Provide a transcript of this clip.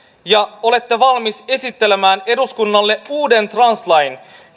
ja olette valmis esittelemään eduskunnalle uuden translain